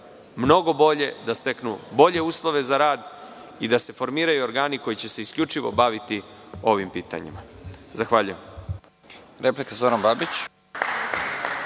mnogo bolje, da steknu bolje uslove za rad i se formiraju organi koji će se isključivo baviti ovim pitanjima. Zahvaljujem.